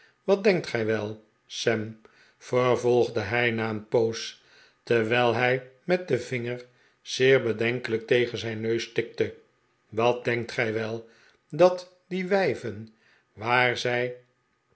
wat denkt gij wel sam vervolgde hij na een poos terwijl hij met den vinger zeer bedenkelijk tegen zijn neus tikte wat denkt gij wel dat die wijven waar zij